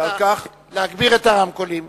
שבה מתנהל ויכוח ציבורי,